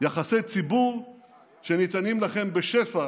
יחסי ציבור שניתנים לכם בשפע